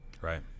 Right